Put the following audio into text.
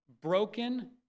broken